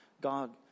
God